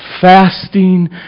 fasting